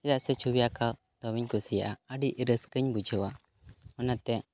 ᱪᱮᱫᱟᱜ ᱥᱮ ᱪᱷᱚᱵᱤ ᱟᱸᱠᱟᱣ ᱫᱚᱢᱮᱧ ᱠᱩᱥᱤᱭᱟᱜᱼᱟ ᱟᱹᱰᱤ ᱨᱟᱹᱥᱠᱟᱹᱧ ᱵᱩᱡᱷᱟᱹᱣᱟ ᱚᱱᱟᱛᱮ